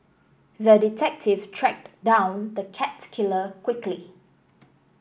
the detective tracked down the cat killer quickly